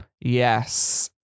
Yes